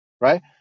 Right